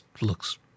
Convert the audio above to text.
looks